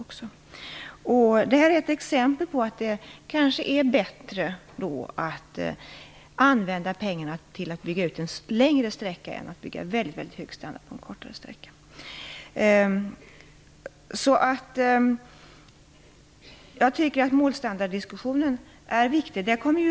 Av det skälet är det kanske bättre att använda pengarna till att bygga ut en längre sträcka än till att bygga en kortare sträcka med väldigt hög standard. Jag tycker att målstandarddiskussionen är viktig.